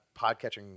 podcatching